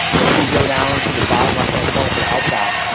if you go down to the bottom left hand corner for the whole tab.